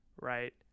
right